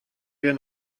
wir